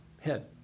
head